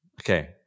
Okay